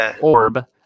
orb